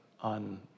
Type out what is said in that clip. on